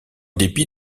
dépit